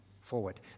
forward